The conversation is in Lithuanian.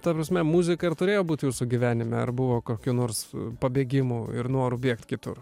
ta prasme muzika ir turėjo būt jūsų gyvenime ar buvo kokių nors pabėgimų ir norų bėgt kitur